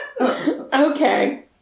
Okay